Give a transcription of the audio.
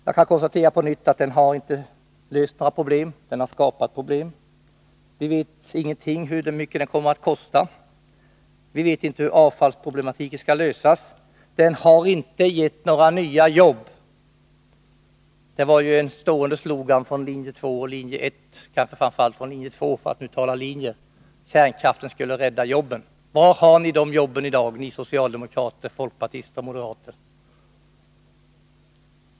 Jag kan på nytt konstatera att den inte har löst några problem — den har skapat problem. Vi vet ingenting om hur mycket den kommer att kosta. Vi vet inte hur avfallsproblematiken skall lösas. Den har inte lett till att några nya jobb har tillkommit. Det var ju en stående slogan från linje 1 och framför allt från förespråkarna för linje 2. Kärnkraften skulle rädda jobben. Var har ni de jobben i dag, ni socialdemokrater, folkpartister och moderater?